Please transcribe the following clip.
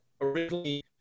originally